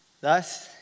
Thus